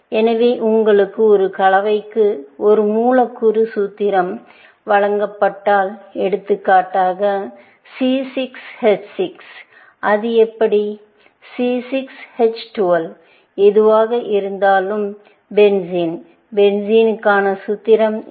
எனவே உங்களுக்கு ஒரு கலவைக்கு ஒரு மூலக்கூறு சூத்திரம் வழங்கப்பட்டால் எடுத்துக்காட்டாக C6 H6 அது எப்படி C6 H12 எதுவாக இருந்தாலும் பென்சீன் பென்சீனுக்கான சூத்திரம் என்ன